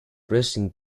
pressing